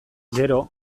gero